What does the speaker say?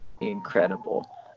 incredible